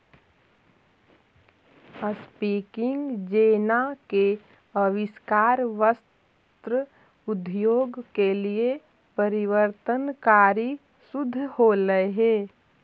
spinning jenny के आविष्कार वस्त्र उद्योग के लिए परिवर्तनकारी सिद्ध होले हई